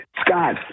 Scott